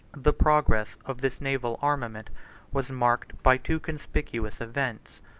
the progress of this naval armament was marked by two conspicuous events,